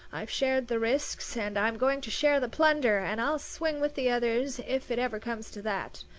i've shared the risks and i'm going to share the plunder, and i'll swing with the others if it ever comes to that.